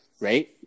right